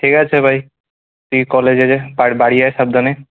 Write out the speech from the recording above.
ঠিক আছে ভাই তুই কলেজে যেয়ে বাড়ি আয় সাবধানে